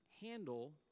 handle